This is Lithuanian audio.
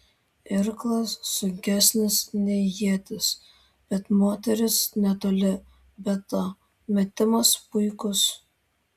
irklas sunkesnis nei ietis bet moteris netoli be to metimas puikus